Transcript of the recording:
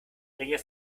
regel